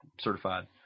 Certified